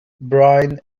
brian